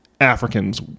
Africans